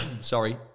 sorry